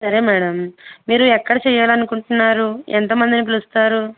సరే మేడం మీరు ఎక్కడ చేయాలి అనుకుంటున్నారు ఎంత మందిని పిలుస్తారు